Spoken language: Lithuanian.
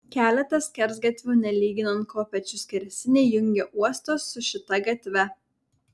keletas skersgatvių nelyginant kopėčių skersiniai jungė uostą su šita gatve